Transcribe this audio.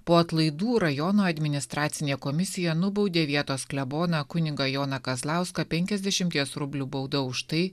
po atlaidų rajono administracinė komisija nubaudė vietos kleboną kunigą joną kazlauską penkiasdešimties rublių bauda už tai